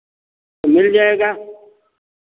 मिल जाएगा